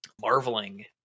marveling